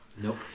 Nope